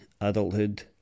adulthood